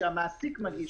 שהמעסיק מגיש.